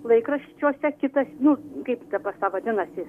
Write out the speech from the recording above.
laikraščiuose kitas nu kaip dabar ta vadinasi